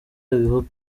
abivuga